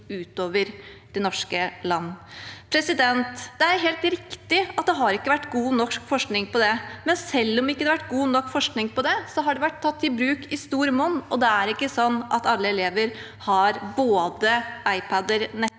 utover det ganske land. Det er helt riktig at det ikke har vært god nok forskning på det, men selv om det ikke har vært god nok forskning, har det vært tatt i bruk i stort monn. Det er heller ikke sånn at alle elever har både iPad, nettbrett